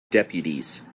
deputies